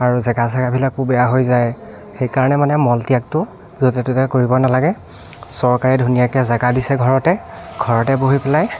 আৰু জেগা চেগাবোৰো বেয়া হৈ যায় সেইকাৰণে মানে মলত্যাগটো য'তে ত'তে কৰিব নালাগে চৰকাৰে ধুনীয়াকৈ জেগা দিছে ঘৰতে ঘৰতে বহি পেলাই